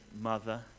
mother